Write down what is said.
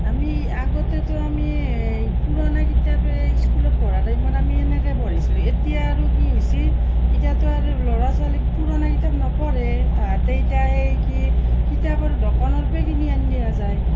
আমি আগতেটো আমি এই পুৰণা কিতাপে স্কুলত পঢ়া টাইমত আমি এনেকৈ পঢ়িছিলোঁ এতিয়া আৰু কি হৈছে এতিয়াটো আৰু ল'ৰা ছোৱালী পুৰণা কিতাপ নপঢ়ে তাঁহাতে ইতা সেই কি কিতাপৰ দোকানৰ পৰাই কিনি আনি দিয়া যায়